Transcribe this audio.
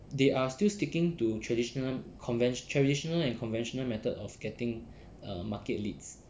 they are still sticking to traditional convent traditional and conventional method of getting a market leads